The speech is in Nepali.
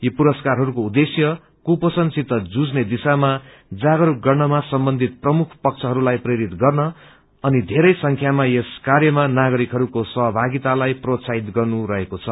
यी पुरस्कारहरूको उद्देश्य कुपोषण सित जुझ्ने दिशामा जागरूक गर्नमा सम्बन्धित प्रमुख पलहरूलाई प्रेरित गर्न अनि धेरै संख्यामा यस कार्यमा नागरिकहरूको भागीदारीलाई प्रोत्साहित गर्नु रहेको छ